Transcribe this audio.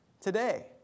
today